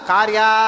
Karya